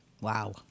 Wow